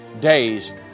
days